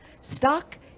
stuck